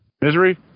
Misery